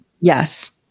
Yes